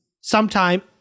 sometime